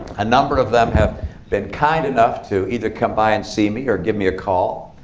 a number of them have been kind enough to either come by and see me, or give me a call,